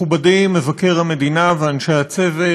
מכובדי מבקר המדינה ואנשי הצוות,